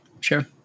Sure